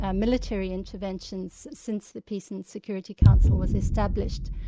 ah military interventions since the peace and security council was established.